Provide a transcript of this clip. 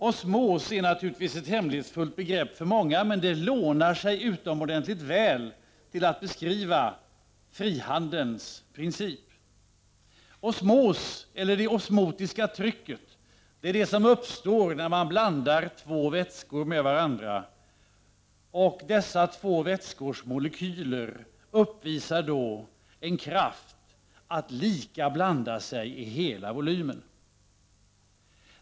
Osmos är naturligtvis ett hemlighetsfullt begrepp för många, men det lånar sig utomordentligt väl till att beskriva frihandelns princip. Osmos, eller det osmotiska trycket, uppstår när man blandar två vätskor med varandra. Dessa två vätskors molekyler uppvisar då en kraft att lika blanda sig i hela volymen.